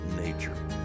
nature